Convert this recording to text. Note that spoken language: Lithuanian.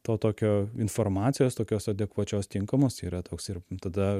to tokio informacijos tokios adekvačios tinkamos yra toks ir tada